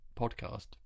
podcast